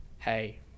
Hey